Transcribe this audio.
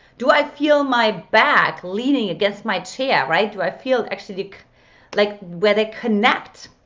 do i feel my back leaning against my chair, right? do i feel actually like like where they connect?